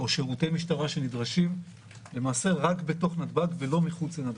או שירותי משטרה שנדרשים רק בתוך נתב"ג ולא מחוץ לנתב"ג.